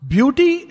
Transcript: Beauty